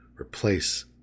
replace